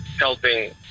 helping